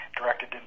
directed